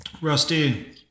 Rusty